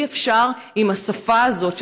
אי-אפשר עם השפה הזאת,